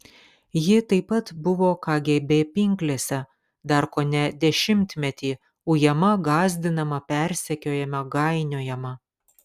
ji taip pat buvo kgb pinklėse dar kone dešimtmetį ujama gąsdinama persekiojama gainiojama